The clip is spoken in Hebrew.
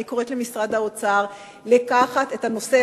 אני קוראת למשרד האוצר לקחת את הנושא